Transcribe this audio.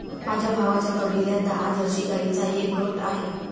माझ्या भावाच्या तबेल्यात दहा जर्सी गाईंचा एक गट आहे